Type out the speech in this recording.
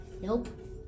Nope